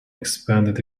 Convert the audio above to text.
expanded